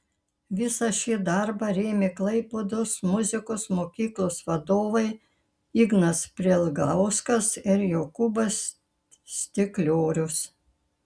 visą šį darbą rėmė klaipėdos muzikos mokyklos vadovai ignas prielgauskas ir jokūbas stikliorius